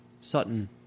Sutton